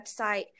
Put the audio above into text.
website